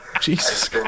Jesus